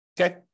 Okay